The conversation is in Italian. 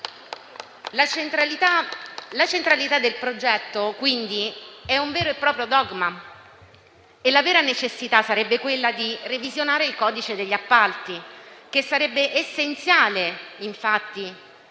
La centralità del progetto è quindi un vero e proprio dogma, e la vera necessità sarebbe quella di revisionare il codice degli appalti. Sarebbe essenziale avere